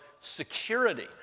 security